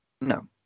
No